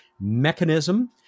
Mechanism